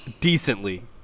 decently